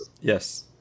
Yes